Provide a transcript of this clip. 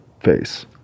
face